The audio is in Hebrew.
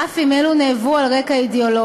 אף אם אלו נעברו על רקע אידיאולוגי.